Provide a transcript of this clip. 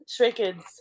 Shrekids